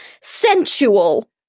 Sensual